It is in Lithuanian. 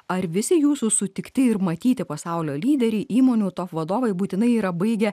ar visi jūsų sutikti ir matyti pasaulio lyderiai įmonių top vadovai būtinai yra baigę